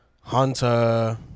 Hunter